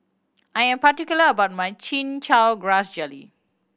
I am particular about my Chin Chow Grass Jelly